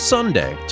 Sunday